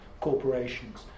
corporations